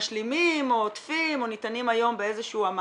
משלימים או עוטפים או ניתנים היום באיזשהו,